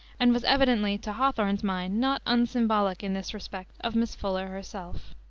and was evidently to hawthorne's mind not unsymbolic in this respect of miss fuller herself.